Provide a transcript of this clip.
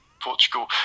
Portugal